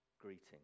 greeting